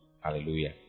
Hallelujah